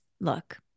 look